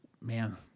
man